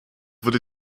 wurde